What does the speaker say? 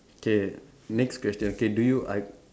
okay next question okay do you I